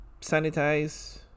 sanitize